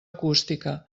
acústica